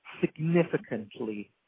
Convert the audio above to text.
significantly